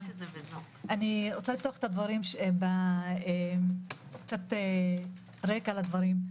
אני רוצה לפתוח ברקע לדברים.